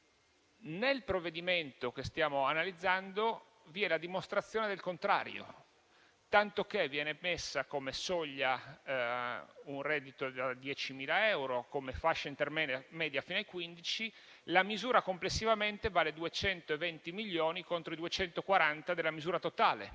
Nel provvedimento che stiamo analizzando vi è la dimostrazione del contrario, tanto che viene messo come soglia un reddito da 10.000 euro e come fascia intermedia fino ai 15.000. La misura complessivamente vale 220 milioni, contro i 240 della misura totale.